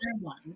one